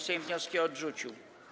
Sejm wnioski odrzucił.